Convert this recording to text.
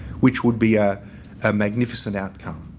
which would be a ah magnificent outcome.